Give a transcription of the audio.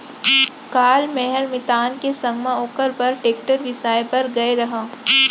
काल मैंहर मितान के संग म ओकर बर टेक्टर बिसाए बर गए रहव